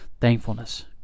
thankfulness